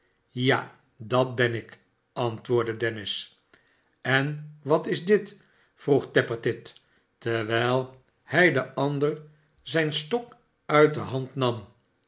ja dat ben ik antwoordde dennis en wat is dit vroeg tappertit terwijl hij den ander zijn stok uit de hand nam